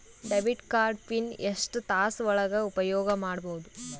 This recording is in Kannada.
ಡೆಬಿಟ್ ಕಾರ್ಡ್ ಪಿನ್ ಎಷ್ಟ ತಾಸ ಒಳಗ ಉಪಯೋಗ ಮಾಡ್ಬಹುದು?